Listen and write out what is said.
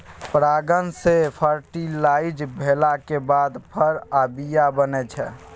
परागण सँ फर्टिलाइज भेलाक बाद फर आ बीया बनै छै